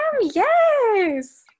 yes